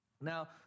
Now